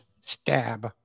stab